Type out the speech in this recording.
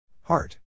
Heart